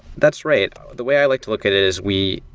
that's right. the way i like to look at is we,